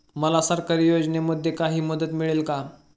मला सरकारी योजनेमध्ये काही मदत मिळेल का?